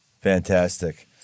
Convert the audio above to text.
Fantastic